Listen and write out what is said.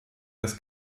des